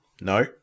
No